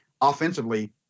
offensively